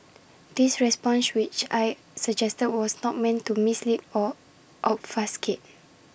this response which I suggested was not meant to mislead or obfuscate